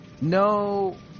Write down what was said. No